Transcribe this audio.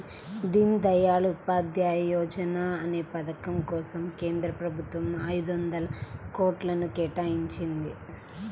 దీన్ దయాళ్ ఉపాధ్యాయ యోజనా అనే పథకం కోసం కేంద్ర ప్రభుత్వం ఐదొందల కోట్లను కేటాయించింది